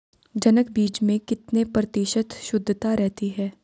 जनक बीज में कितने प्रतिशत शुद्धता रहती है?